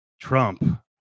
Trump